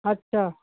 ਅੱਛਾ